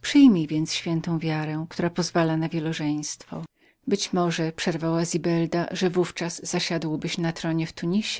przyjmij więc świętą wiarę która pozwala na wielożeństwo być może przerwała zibelda że w ówczas zasiadłbyś na tronie w tunis